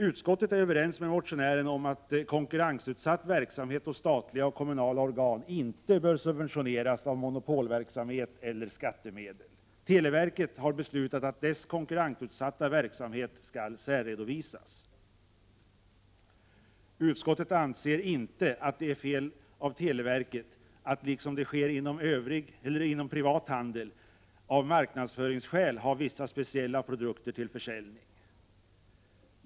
Utskottet är överens med motionären om att konkurrensutsatt verksamhet hos statliga och kommunala organ inte bör subventioneras av monopolverksamhet eller skattemedel. Televerket har beslutat att dess konkurrensutsatta verksamhet skall särredovisas. Utskottet anser inte att det är fel av televerket att — liksom inom privat handel — av marknadsföringsskäl ha vissa speciella produkter till försäljning.